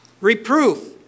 Reproof